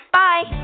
bye